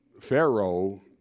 Pharaoh